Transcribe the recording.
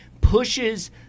Pushes